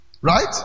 Right